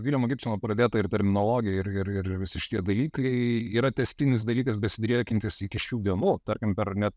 viljamo gibsono pradėta ir terminologija ir ir visi šitie dalykai yra tęstinis dalykas besidriekiantis iki šių dienų tarkim per net